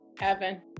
Evan